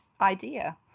idea